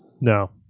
No